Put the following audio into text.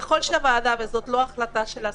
ככול שהוועדה, וזו לא החלטה של השר,